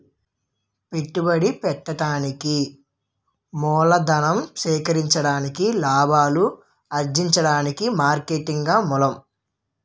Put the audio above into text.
పెట్టుబడి పెట్టడానికి మూలధనం సేకరించడానికి లాభాలు అర్జించడానికి మార్కెటింగే మూలం